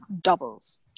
doubles